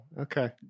Okay